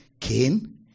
Cain